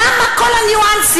למה כל הניואנסים?